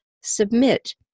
submit